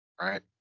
right